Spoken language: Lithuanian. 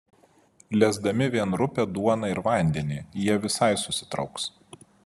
lesdami vien rupią duoną ir vandenį jie visai susitrauks